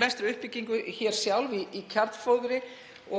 mestri uppbyggingu sjálf í kjarnfóðri.